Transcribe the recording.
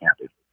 happy